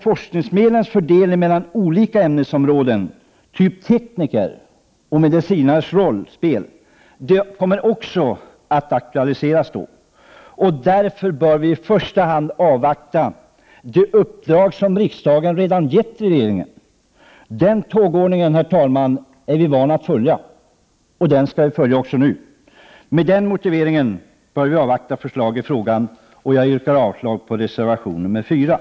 Forskningsmedlens fördelning mellan olika ämnesområden, typ teknikers och medicinares roller, kommer då också att aktualiseras. Vi bör därför i första hand avvakta det uppdrag som riksdagen redan givit regeringen. Den tågordningen är vi vana att följa, och den skall vi följa också nu. Av det skälet bör vi avvakta förslag i frågan. Jag yrkar avslag på reservation nr 4.